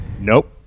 Nope